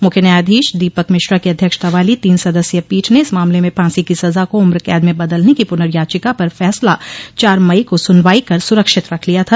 मुख्य न्यायाधीश दीपक मिश्रा की अध्यक्षता वाली तीन सदस्यीय पीठ ने इस मामले में फांसी की सजा को उम्रकैद में बदलने की पुर्नयाचिका पर फैसला चार मई को सुनवाई कर सुरक्षित रख लिया था